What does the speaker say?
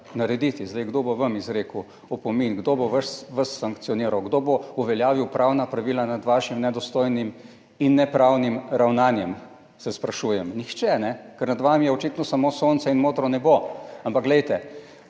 narediti. Zdaj, kdo bo vam izrekel opomin, kdo bo vas sankcioniral, kdo bo uveljavil pravna pravila nad vašim nedostojnim in nepravnim ravnanjem, se sprašujem. Nihče, ne, ker nad vami je očitno samo sonce in modro nebo. Ampak glejte,